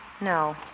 No